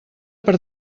per